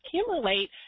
accumulate